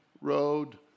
road